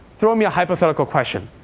throw me a hypothetical question.